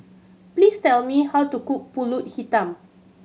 please tell me how to cook Pulut Hitam